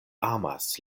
amas